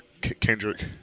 Kendrick